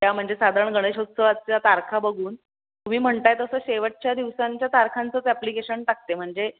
त्या म्हणजे साधारण गणेशोत्सवाच्या तारखा बघून तुम्ही म्हणत आहे तसं शेवटच्या दिवसांच्या तारखांचंच ॲप्लिकेशन टाकते म्हणजे